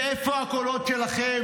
ואיפה הקולות שלכם?